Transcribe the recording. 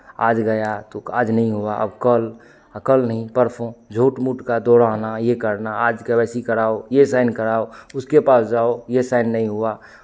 आज गया तो आज नहीं हुआ अब कल अ कल नहीं परसों झूठ मूट का दौड़ाना ये करना आज के वाई सी कराओ ये साइन कराओ उसके पास जाओ ये साइन नहीं हुआ